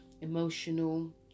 emotional